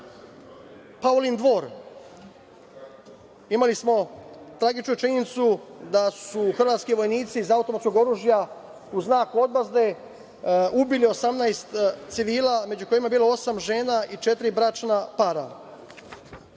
Dvor, imali smo tragičnu činjenicu da su hrvatski vojnici iz automatskog oružja u znak odmazde ubili 18 civila, među kojima je bilo osam žena i četiri bračna para.